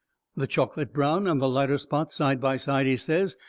the chocolate brown and the lighter spots side by side, he says,